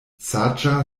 saĝa